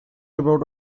about